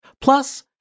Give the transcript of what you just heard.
Plus